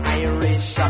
irish